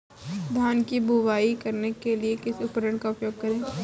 धान की बुवाई करने के लिए किस उपकरण का उपयोग करें?